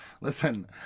listen